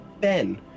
Ben